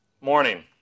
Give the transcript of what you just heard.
morning